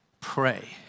Pray